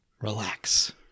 relax